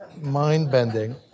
mind-bending